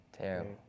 terrible